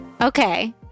Okay